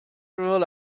rule